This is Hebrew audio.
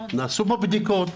נעשו פה בדיקות,